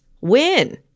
Win